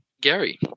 Gary